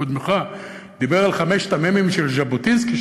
קודמך דיבר על חמשת המ"מים של ז'בוטינסקי,